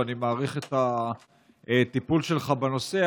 ואני מעריך את הטיפול שלך בנושא,